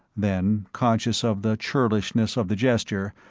then, conscious of the churlishness of the gesture,